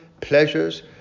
pleasures